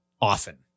often